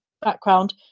background